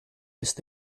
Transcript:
ist